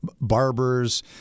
barbers—